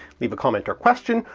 leave a comment or question,